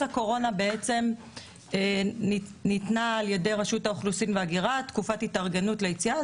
הקורונה בעצם ניתנה על ידי רשות האוכלוסין וההגירה תקופת התארגנות ליציאה,